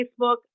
Facebook